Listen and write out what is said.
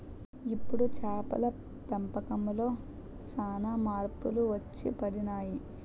ఇప్పుడు చేపల పెంపకంలో సాన మార్పులు వచ్చిపడినాయి